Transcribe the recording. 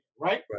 right